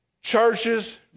churches